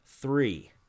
three